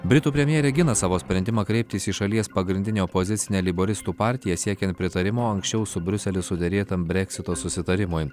britų premjerė gina savo sprendimą kreiptis į šalies pagrindinę opozicinę leiboristų partiją siekiant pritarimo anksčiau su briuseliu suderėtam breksito susitarimui